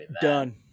done